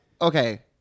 okay